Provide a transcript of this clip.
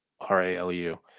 R-A-L-U